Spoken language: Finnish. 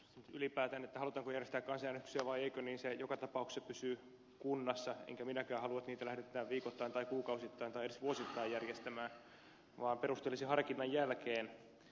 ylipäätään se ratkaisu halutaanko järjestää kansanäänestyksiä vaiko ei joka tapauksessa pysyy kunnassa enkä minäkään halua että kansanäänestyksiä lähdetään viikoittain tai kuukausittain tai edes vuosittain järjestämään vaan perusteellisen harkinnan jälkeen